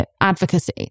advocacy